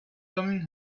coming